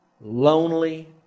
lonely